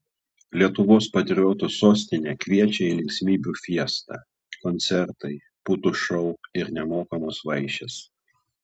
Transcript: lietuvos patriotų sostinė kviečia į linksmybių fiestą koncertai putų šou ir nemokamos vaišės